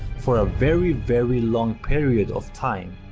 for a very very long period of time.